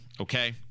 Okay